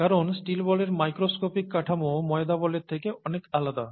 কারণ স্টিল বলের মাইক্রোস্কোপিক কাঠামো ময়দা বলের থেকে অনেক আলাদা